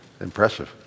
Impressive